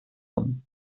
dumm